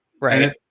Right